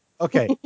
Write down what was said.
Okay